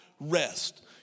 rest